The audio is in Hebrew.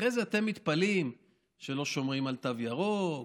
אחרי זה אתם מתפלאים שלא שומרים על תו ירוק,